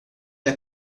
der